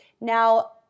Now